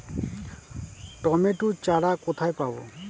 Tomato চারা কোথায় পাবো?